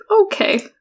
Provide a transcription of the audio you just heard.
Okay